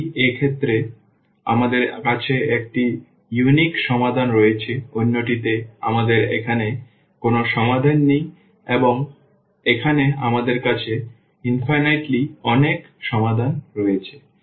একটি ক্ষেত্রে আমাদের কাছে একটি অনন্য সমাধান রয়েছে অন্যটিতে আমাদের এখানে কোনো সমাধান নেই এবং এখানে আমাদের কাছে অসীম অনেক সমাধান রয়েছে